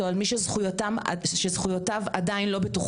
או על מי שזכויותיו עדיין לא בטוחות,